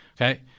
Okay